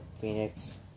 Phoenix